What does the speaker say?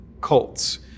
cults